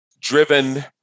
driven